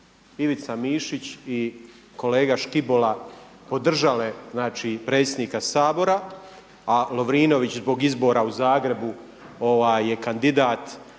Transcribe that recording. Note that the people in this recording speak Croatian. Ivica Mišić i kolega Škibola podržale znači predsjednika Sabora a Lovrinović zbog izbora u Zagrebu je kandidat